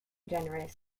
generous